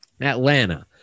Atlanta